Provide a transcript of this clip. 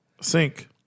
Sink